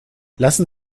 lassen